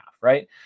right